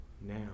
now